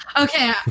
Okay